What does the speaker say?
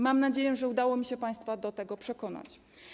Mam nadzieję, że udało mi się państwa do tego przekonać.